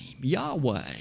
Yahweh